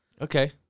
Okay